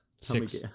six